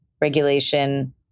regulation